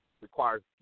requires